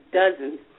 dozens